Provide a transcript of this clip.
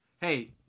Hey